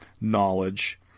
knowledge